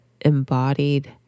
embodied